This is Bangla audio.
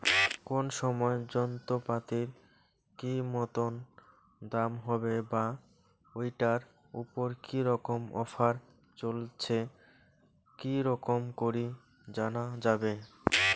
কোন সময় যন্ত্রপাতির কি মতন দাম হবে বা ঐটার উপর কি রকম অফার চলছে কি রকম করি জানা যাবে?